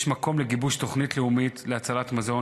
יש מקום לגיבוש תוכנית לאומית להצלת מזון,